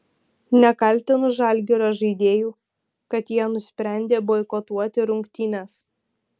nekaltinu žalgirio žaidėjų kad jie nusprendė boikotuoti rungtynes